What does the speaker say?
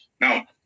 Now